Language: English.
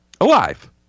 Alive